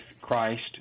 Christ